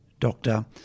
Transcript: Doctor